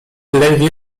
ledwie